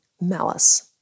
malice